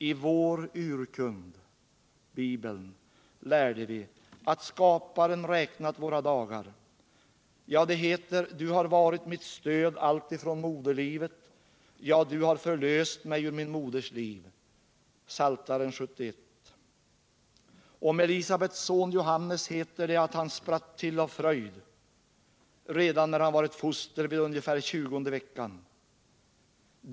I vår urkund Bibeln lärde vi att Skaparen räknat våra dagar — ja, det heter ”Du har varit mitt stöd allt ifrån moderlivet, ja, du har förlöst mig ur min moders liv.” Psaltaren 71:6. Om Elisabets son Johannes heter det att han ”spratt till av fröjd” redan när han var ett foster vid ungefär tjugonde veckan.